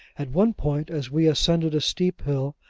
at one point, as we ascended a steep hill,